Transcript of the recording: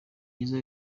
byiza